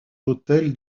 hôtel